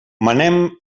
manem